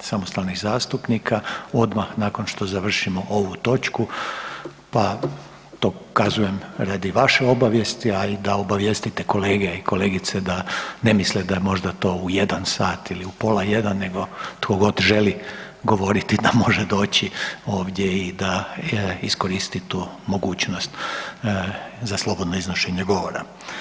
samostalnih zastupnika odmah nakon što završimo ovu točku pa to kazujem radi vaše obavijesti, a i da obavijestite kolege i kolegice da ne misle da je to možda u jedan sat ili u pola jedan nego tko god želi govoriti da može doći ovdje i da iskoristi tu mogućnost za slobodno iznošenje govora.